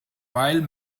while